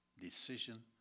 decision